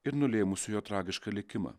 ir nulėmusių jo tragišką likimą